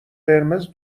قرمز